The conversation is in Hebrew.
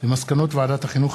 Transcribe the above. מסקנות ועדת החינוך,